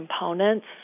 components